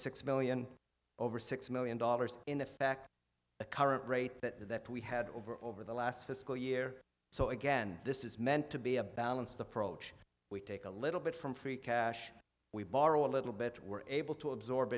six million over six million dollars in effect the current rate that we had over over the last fiscal year so again this is meant to be a balanced approach we take a little bit from free cash we borrow a little bit we're able to absorb